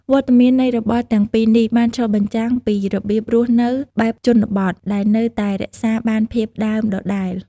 វត្តមាននៃរបស់ទាំងពីរនេះបានឆ្លុះបញ្ចាំងពីរបៀបរស់នៅបែបជនបទដែលនៅតែរក្សាបានភាពដើមដដែល។